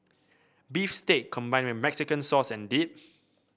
beef steak combined with Mexican sauce and dip